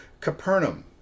Capernaum